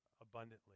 Abundantly